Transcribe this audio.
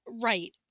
Right